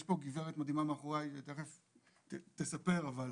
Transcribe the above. יש פה גברת מדהימה מאחוריי, תכף תספר, אבל